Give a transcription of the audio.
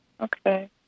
Okay